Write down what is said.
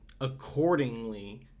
accordingly